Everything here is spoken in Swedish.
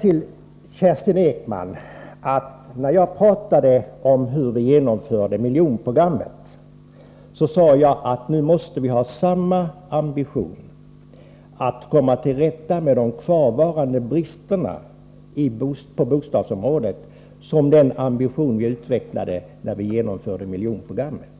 Till Kerstin Ekman: När jag pratade om hur vi genomförde miljonprogrammet sade jag att nu måste vi ha samma ambition att komma till rätta med de kvarvarande bristerna på bostadsområdet som den vi utvecklade när vi genomförde miljonprogrammet.